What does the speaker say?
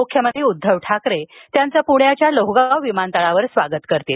मुख्यमंत्री उद्धव ठाकरे त्यांचं पृण्याच्या लोहगाव विमानतळावर स्वागत करतील